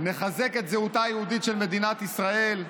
נחזק את זהותה היהודית של מדינת ישראל,